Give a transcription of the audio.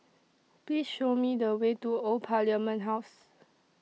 Please Show Me The Way to Old Parliament House